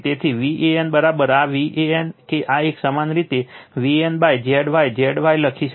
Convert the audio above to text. તેથી V AN આ Van કે આ એક સમાન રીતે VanZ Y Z Y લખી શકે છે